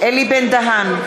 (קוראת בשמות חברי הכנסת) אלי בן-דהן,